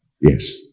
Yes